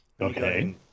Okay